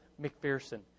McPherson